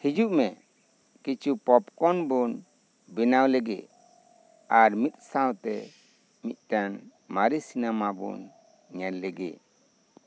ᱦᱤᱡᱩᱜ ᱢᱮ ᱠᱤᱪᱷᱩ ᱯᱚᱯᱠᱚᱨᱱ ᱵᱚᱱ ᱵᱮᱱᱟᱣ ᱞᱮᱜᱮ ᱟᱨ ᱢᱤᱫ ᱥᱟᱶᱛᱮ ᱢᱤᱫᱴᱟᱝ ᱢᱟᱨᱮ ᱥᱤᱱᱮᱢᱟ ᱵᱚᱱ ᱧᱮᱞ ᱞᱮᱜᱮ